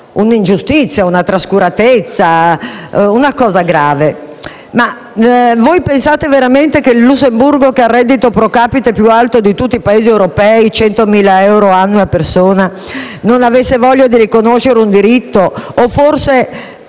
un'ingiustizia, una trascuratezza, una cosa grave. Voi pensate davvero che il Lussemburgo, che ha il reddito *pro capite* più alto di tutti i Paesi europei (100.000 euro annui a persona) non avesse voglia di riconoscere un diritto o che